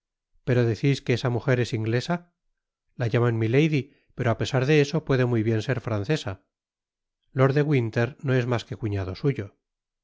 pero decis que esa mujer es inglesa la llaman milady pero á pesar de eso puede muy bien ser francesa lord de winter no es mas que cuñado suyo